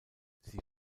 sie